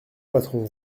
patron